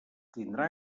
tindrà